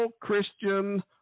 Christian